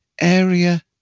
Area